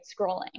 scrolling